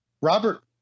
Robert